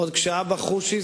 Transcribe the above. עוד כשאבא חושי,